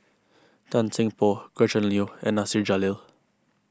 Tan Seng Poh Gretchen Liu and Nasir Jalil